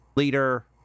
Leader